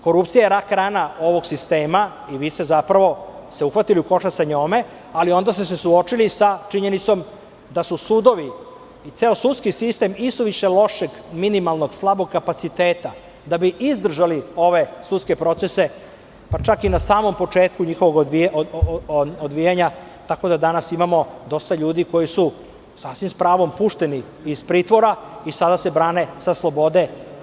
Korupcija je rak rana ovog sistema i vi ste se uhvatili u koštac sa njome, ali onda ste se suočili sa činjenicom da su sudovi i ceo sudski sistem isuviše lošeg minimalnog, slabog kapaciteta da bi izdržali ove sudske procese, pa čak i na samom početku njihovog odvijanja, tako da nas imamo dosta ljudi koji su sa pravom pušteni iz pritvora i sada se brane sa slobode.